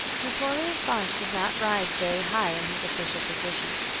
napoleon foch did not rise very high in his official positions.